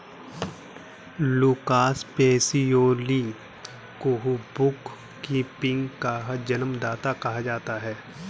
Lucas Pacioli को bookkeeping का जन्मदाता कहा जाता है